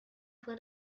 fue